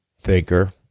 thinker